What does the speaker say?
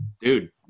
Dude